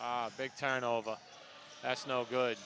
big turnover that's no good